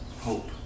hope